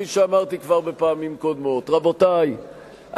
כפי שאמרתי כבר בפעמים קודמות: רבותי,